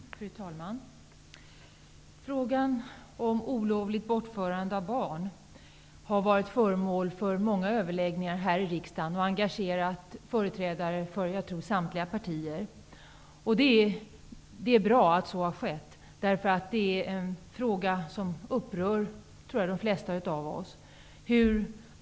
Fru talman! Frågan om olovligt bortförande av barn har varit föremål för många överläggningar här i kammaren. Den har engagerat företrädare för samtliga partier. Det är bra att så har skett, eftersom det är en fråga som upprör de flesta av oss.